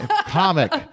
comic